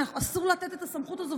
אסור לתת את הסמכות הזו,